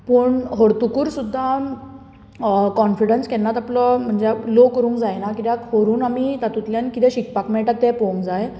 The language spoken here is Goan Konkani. पूण हरतकूर सुद्दां काॅन्फिडन्स केन्नात आपलो म्हणजे लो करूंक जायना किद्याक हरून आमी तातूंतल्यान कितें शिकपाक मेळटा तें पोवंक जाय